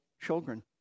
children